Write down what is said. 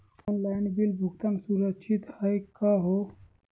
Online bill भुगतान सुरक्षित हई का हो?